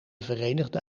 verenigde